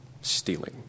Stealing